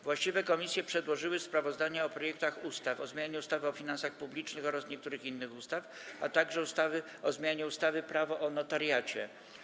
Właściwe komisje przedłożyły sprawozdania o projektach ustaw: - o zmianie ustawy o finansach publicznych oraz niektórych innych ustaw, - o zmianie ustawy Prawo o notariacie.